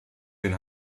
den